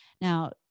Now